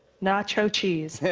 nacho cheese.